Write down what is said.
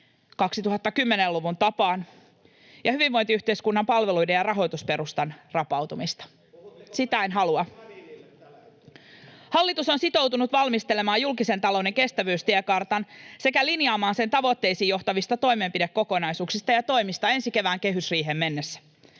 2010-luvun tapaan ja hyvinvointiyhteiskunnan palveluiden ja rahoitusperustan rapautumista. Sitä en halua. [Ben Zyskowicz: Puhutteko pääministeri Marinille tällä hetkellä?] Hallitus on sitoutunut valmistelemaan julkisen talouden kestävyystiekartan sekä linjaamaan sen tavoitteisiin johtavista toimenpidekokonaisuuksista ja toimista ensi kevään kehysriiheen mennessä.